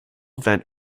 vent